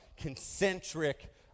concentric